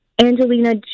angelina